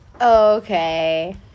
Okay